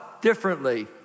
differently